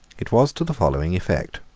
it was to the following effect